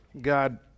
God